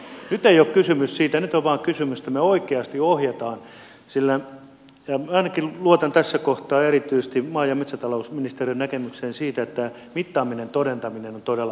metsät kasvavat nyt ei ole kysymys siitä nyt on kysymys vain siitä että me oikeasti ohjaamme sillä minä ainakin luotan tässä kohtaa erityisesti maa ja metsätalousministeriön näkemykseen siitä että mittaaminen todentaminen on todella vaikeaa